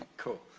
cool.